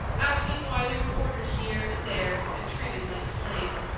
asking why they were ordered here and there and treated like slaves,